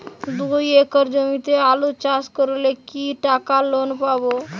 দুই একর জমিতে আলু চাষ করলে কি টাকা লোন পাবো?